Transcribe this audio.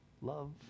Love